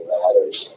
matters